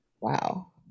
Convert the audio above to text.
Wow